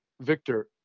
Victor